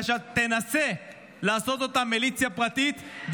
שאתה תנסה לעשות אותה מיליציה פרטית,